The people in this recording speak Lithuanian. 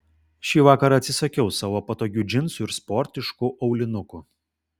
šįvakar atsisakiau savo patogių džinsų ir sportiškų aulinukų